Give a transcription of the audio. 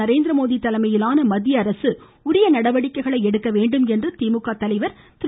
நரேந்திரமோடி தலைமையிலான மத்திய அரசு உரிய நடவடிக்கைகளை எடுக்க வேண்டும் என்று திமுக தலைவர் திரு